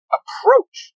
approach